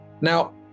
Now